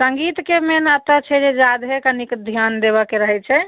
सङ्गीतके मेन एतऽ छै जे जादेहे कनिक ध्यान देबऽके रहैत छै